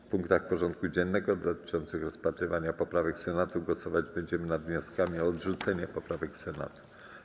W punktach porządku dziennego dotyczących rozpatrywania poprawek Senatu głosować będziemy nad wnioskami o odrzucenie poprawek Senatu.